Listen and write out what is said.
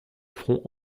front